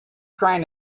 trying